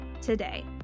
today